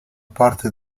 parte